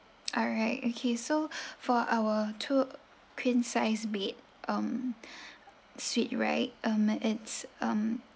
alright okay so for our two queen sized bed um suite right um it's um